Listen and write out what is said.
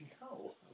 No